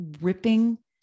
ripping